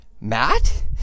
Matt